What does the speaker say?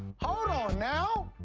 hold on, now.